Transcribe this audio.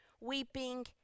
weeping